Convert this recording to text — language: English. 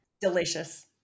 delicious